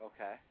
Okay